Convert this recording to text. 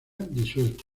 disuelto